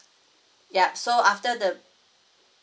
yup so after the